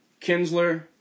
Kinsler